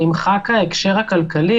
נמחק ההקשר הכלכלי,